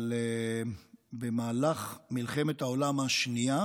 אבל במהלך מלחמת העולם השנייה